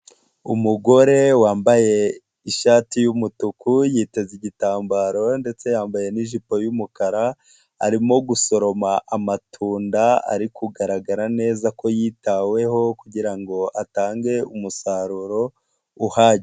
Umugore wambaye ishati y'umutuku, yiteze igitambaro ndetse yambaye n'ijipo y'umukara, arimo gusoroma amatunda ari kugaragara neza ko yitaweho kugira ngo atange umusaruro uharimye.